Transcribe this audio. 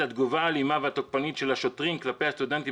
התגובה האלימה והתוקפנית של השוטרים כלפי הסטודנטים